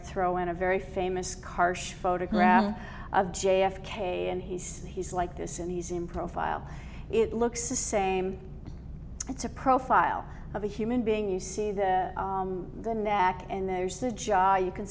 throw in a very famous karsh photograph of j f k and he's he's like this in he's in profile it looks the same it's a profile of a human being you see the the knack and there's the job you can